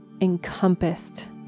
encompassed